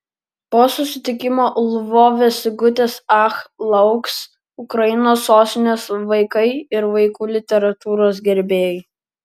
po susitikimo lvove sigutės ach lauks ukrainos sostinės vaikai ir vaikų literatūros gerbėjai